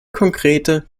konkrete